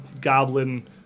goblin